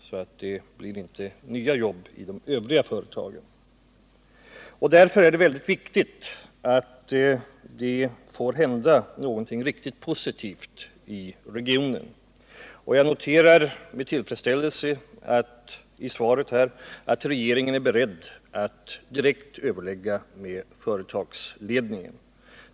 Eftersom det alltså inte finns några nya jobb i de övriga företagen, så är det väldigt viktigt att något verkligt positivt händer i regionen. Jag noterar med tillfredsställelse att regeringen, som anges i svaret, är beredd att direkt överlägga med företagsledningen.